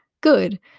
Good